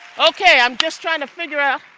okay. i'm just trying to figure out